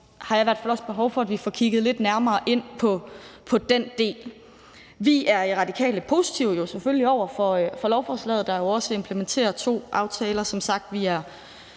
jeg i hvert fald behov for, at vi får kigget lidt nærmere på den del. Vi er i Radikale positive, selvfølgelig, over for lovforslaget, der jo også implementerer to aftaler, vi som sagt er